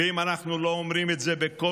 ואם אנחנו לא אומרים את זה בקול,